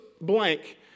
blank